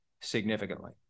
significantly